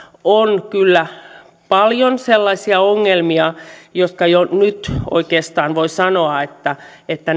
on paljon sellaisia ongelmia joista jo nyt oikeastaan voi sanoa että että